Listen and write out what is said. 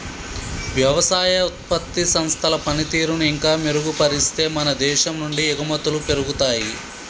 వ్యవసాయ ఉత్పత్తి సంస్థల పనితీరును ఇంకా మెరుగుపరిస్తే మన దేశం నుండి ఎగుమతులు పెరుగుతాయి